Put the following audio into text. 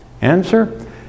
Answer